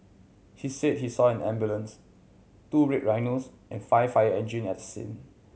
he said he saw an ambulance two Red Rhinos and five fire engines at the scene